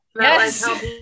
yes